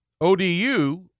ODU